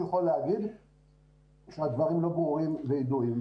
יכול לומר שהדברים לא ברורים וידועים.